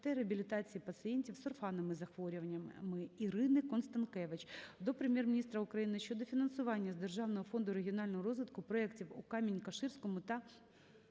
та реабілітації пацієнтів з орфанними захворюваннями. Ірини Констанкевич до Прем'єр-міністра України щодо фінансування з державного фонду регіонального розвитку проектів у Камінь-Каширському та Ківерцівському